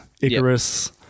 Icarus